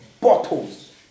bottles